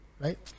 Right